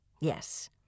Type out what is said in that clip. Yes